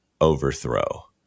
overthrow